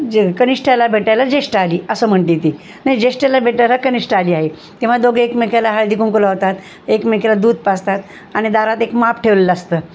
जे कनिष्ठाला भेटायला ज्येष्ठा आली असं म्हणते ती नाही जेष्ठेला भेटायला कनिष्ठा आली आहे तेव्हा दोघं एकमेकीला हळदी कुंकू लावतात एकमेकीला दूध पाजतात आणि दारात एक माप ठेवलेलं असतं